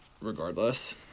regardless